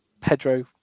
Pedro